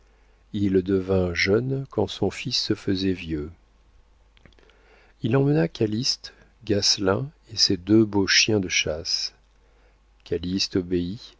il devint jeune quand son fils se faisait vieux il emmena calyste gasselin et ses deux beaux chiens de chasse